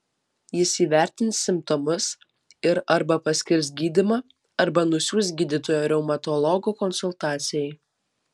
jis įvertins simptomus ir arba paskirs gydymą arba nusiųs gydytojo reumatologo konsultacijai